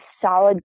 solid